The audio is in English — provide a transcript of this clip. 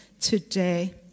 today